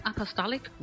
Apostolic